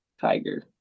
tiger